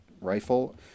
rifle